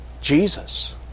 Jesus